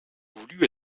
voulu